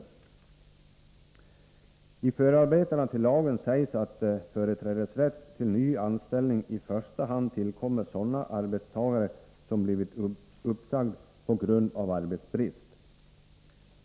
I förarbetena till lagen sägs att företrädesrätt till nyanställning i första hand tillkommer sådana arbetstagare som blivit uppsagda på grund av arbetsbrist.